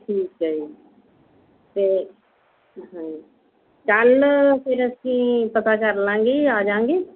ਠੀਕ ਹੈ ਜੀ ਫੇਰ ਹਾਂਜੀ ਕੱਲ੍ਹ ਫੇਰ ਅਸੀਂ ਪਤਾ ਕਰ ਲਵਾਂਗੇ ਆ ਜਾਂਗੇ